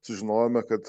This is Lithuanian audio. sužinojome kad